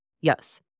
Yes